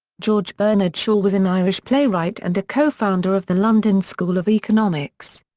george bernard shaw was an irish playwright and a co-founder of the london school of economics.